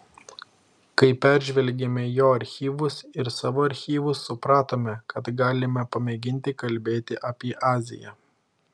kai peržvelgėme jo archyvus ir savo archyvus supratome kad galime pamėginti kalbėti apie aziją